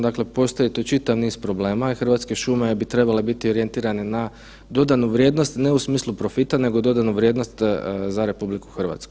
Dakle, postoji tu čitav niz probleme i Hrvatske šume bi trebale biti orijentirane na dodanu vrijednost ne u smislu profita, nego dodanu vrijednost za RH.